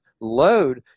load